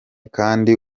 kandi